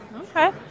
Okay